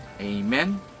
Amen